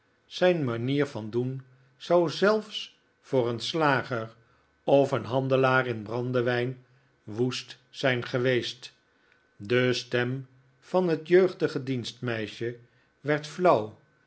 zijn manier van doen zou zelfs voor een slager of een handelaar in brandewijn woest zijn geweest de stem van het jeugdige dienstmeisje werd flauw